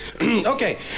Okay